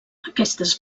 aquestes